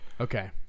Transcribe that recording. Okay